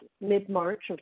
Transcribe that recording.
mid-March